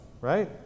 right